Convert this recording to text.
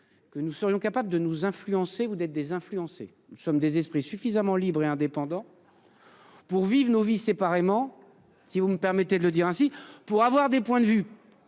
que nous serions capables de nous influencer vedette des influencer somme des esprits suffisamment libre et indépendant. Pour vivre nos vies séparément si vous me permettez de le dire ainsi, pour avoir des points de vue.